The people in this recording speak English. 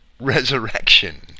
resurrection